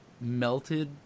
melted